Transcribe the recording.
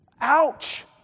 Ouch